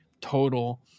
total